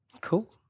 Cool